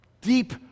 deep